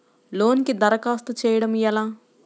లోనుకి దరఖాస్తు చేయడము ఎలా?